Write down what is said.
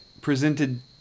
presented